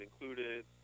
included